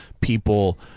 people